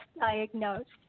diagnosed